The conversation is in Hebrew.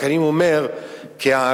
רק אני אומר כהערה,